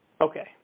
Okay